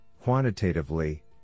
quantitatively